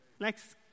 next